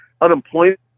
unemployment